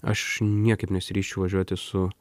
aš niekaip nesiryžčiau važiuoti su